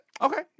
Okay